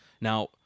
Now